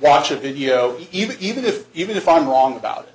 watch a video even if even if i'm wrong about